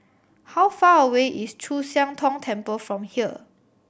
how far away is Chu Siang Tong Temple from here